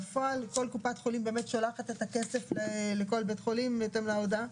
בפועל כל קופת חולים שולחת את הכסף לכל בית חולים בהתאם להודעה?